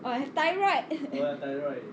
oh I have thyroid